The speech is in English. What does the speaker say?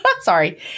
sorry